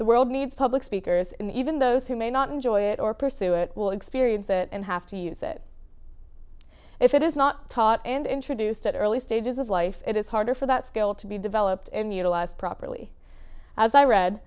the world needs public speakers and even those who may not enjoy it or pursue it will experience it and have to use it if it is not taught and introduced at early stages of life it is harder for that skill to be developed and utilize properly as i read